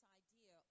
idea